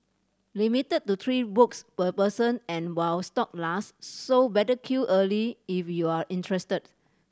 limited to three books per person and while stock last so better queue early if you're interested